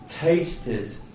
tasted